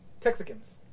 Texicans